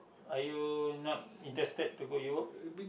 !aiyo! you not interested to go Europe